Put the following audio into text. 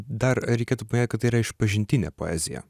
dar reikėtų paminėt kad tai yra išpažintinė poezija